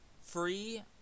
free